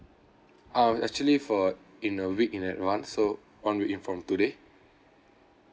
um actually for in a week in advance so one week in from today